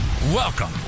Welcome